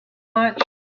much